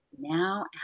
Now